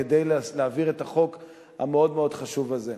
כדי להעביר את החוק המאוד-מאוד חשוב הזה.